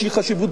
אבל כמה היעד,